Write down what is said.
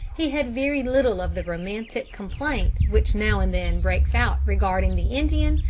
he had very little of the romantic complaint which now and then breaks out regarding the indian,